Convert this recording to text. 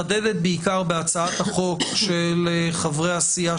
הנקודה הראשונה שעלתה זה הנושא של השפה הערבית.